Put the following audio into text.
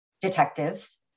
detectives